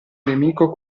nemico